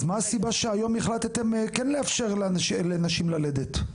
אז מה הסיבה שהיום החלטתם כן לאפשר לנשים ללדת בניתוח צרפתי?